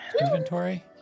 inventory